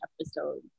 episode